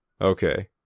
Okay